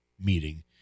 meeting